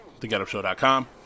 thegetupshow.com